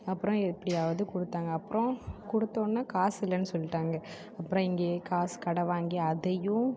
அப்றம் எப்டியாவது கொடுத்தாங்க அப்றம் கொடுத்த வொடனே காசு இல்லைன்னு சொல்லிவிட்டாங்க அப்றம் இங்கேயே காசு கடன் வாங்கி அதையும்